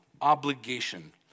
obligation